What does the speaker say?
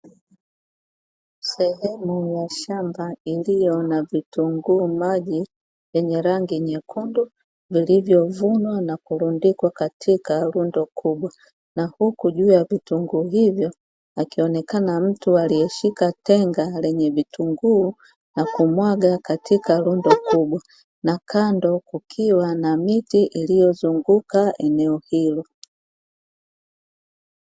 Sehem ya shamba iliyo na vitunguu maji yenye rangi nyekundu, vilivyovunwa na kurundikwa katika lundo kubwa. Na huko juu ya vitunguu hivyo akionekana mtu aliyeshika tenga lenye vitunguu na kumwaga katika lundo kubwa, na kando kukiwa na miti iliyozunguka eneo hilo.